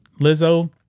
Lizzo